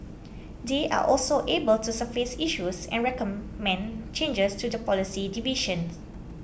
they are also able to surface issues and recommend changes to the policy division